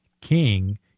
king